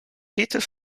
peter